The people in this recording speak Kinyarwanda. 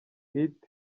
hit